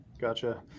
gotcha